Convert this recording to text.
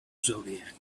zodiac